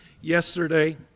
yesterday